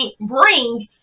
bring